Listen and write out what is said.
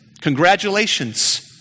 congratulations